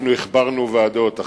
אנחנו הכברנו ועדות,